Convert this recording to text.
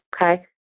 okay